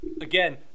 again